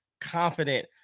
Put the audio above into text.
confident